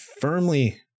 firmly